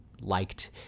liked